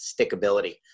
Stickability